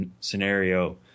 scenario